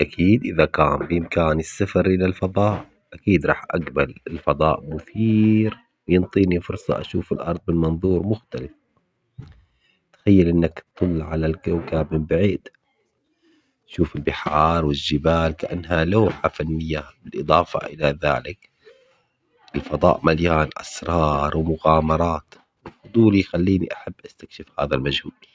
أكيد إذا كان بامكاني السفر إلى الفضاء أكيد راح أقبل، الفضاء مثير وينطيني فرصة أشوف الأرض من منظور مختلف، تخيل إنك تطل على الكوكب من بعيد تشوف البحار أو الجبال كأنها لوحة فنية بالإضافة إلى ذلك الفضاء مليان أسرار ومغامرات، فضولي يخليني أحب أستكشف هذا المجهول.